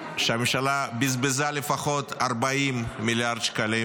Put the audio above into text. שהממשלה בזבזה לפחות 40 מיליארד שקלים